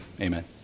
amen